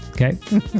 okay